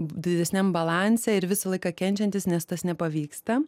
didesniam balanse ir visą laiką kenčiantys nes tas nepavyksta